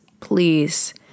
Please